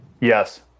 Yes